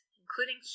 including